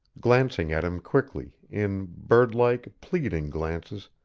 glancing at him quickly, in birdlike, pleading glances,